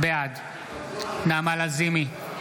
בעד נעמה לזימי,